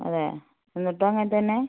അതെയോ എന്നിട്ടും അങ്ങനെ തന്നെ